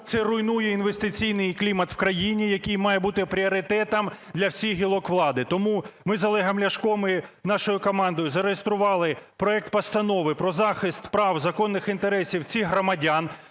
це руйнує інвестиційний клімат в країні, який має бути пріоритетом для всіх гілок влади. Тому ми з Олегом Ляшком і нашою командою зареєстрували проект Постанови про захист прав, законних інтересів цих громадян.